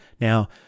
Now